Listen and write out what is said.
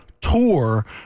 tour